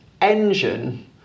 engine